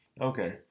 okay